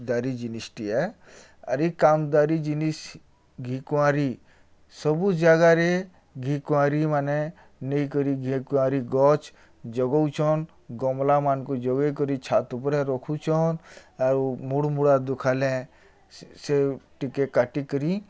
ଦାରି ଜିନିଷ୍ଟେଏ ଆର୍ ଏ କାମଦାରି ଜିନିଷ୍ ଘିକୁଆଁରି ସବୁ ଜାଗାରେ ଘିକୁଆଁରି ମାନେ ନେଇକରି ଘିକୁଆଁରି ଗଛ୍ ଜଗଉଛନ୍ ଗମ୍ଲାମାନଙ୍କୁ ଜଗେଇକରି ଛାତ୍ ଉପ୍ରେ ରଖୁଛନ୍ ଆଉ ମୁଡ଼୍ମୁଡ଼ା ଦୁଖା ସେ ଟିକେ କାଟିକରି